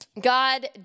God